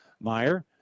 Meyer